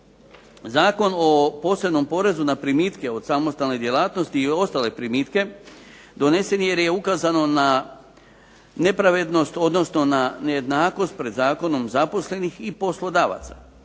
Zakon o posebnom porezu na primitke od samostalne djelatnosti i ostale primitke donesen je jer je ukazano na nepravednost, odnosno na nejednakost pred zakonom zaposlenih i poslodavaca.